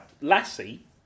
Lassie